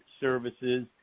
services